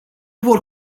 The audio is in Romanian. vor